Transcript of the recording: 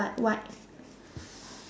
white